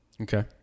Okay